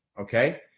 okay